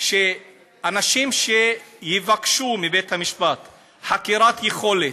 שאנשים יבקשו מבית המשפט חקירת יכולת.